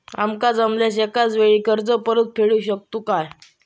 आमका जमल्यास एकाच वेळी कर्ज परत फेडू शकतू काय?